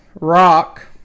Rock